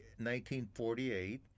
1948